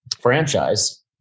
franchise